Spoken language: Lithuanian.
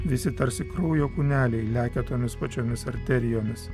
visi tarsi kraujo kūneliai lekia tomis pačiomis arterijomis